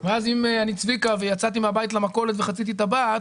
ואז אם אני צביקה ויצאתי מן הבית למכולת וחציתי טבעת